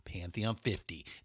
pantheon50